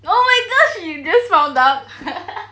oh my gosh you just found out